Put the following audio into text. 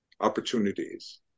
opportunities